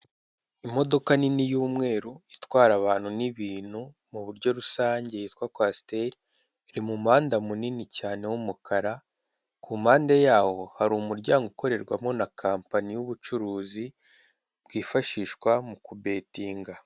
Imodoka nini y'umweru itwara abantu n'ibintu mu buryo rusange yitwa kwasiteri iri mumuhanda munini cyane w'umukara kumpande yawo hari umuryango ukorerwamo na kopanyi y'ubucuruzi bwifashishwa mu kubetinga.